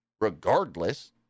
regardless